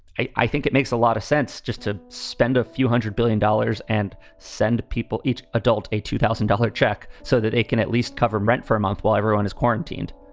i i think it makes a lot of sense just to spend a few hundred billion dollars and send people each adult a two thousand dollars check so that they can at least cover rent for a month while everyone is quarantined